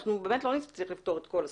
אנחנו באמת לא נצליח לפתור את כל הסוגיה.